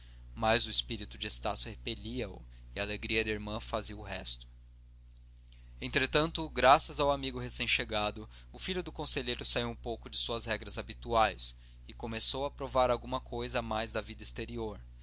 mas o espírito de estácio repelia o e a alegria da irmã fazia o resto entretanto graças ao amigo recém-chegado o filho do conselheiro saiu um pouco de suas regras habituais e começou a provar alguma coisa mais da vida exterior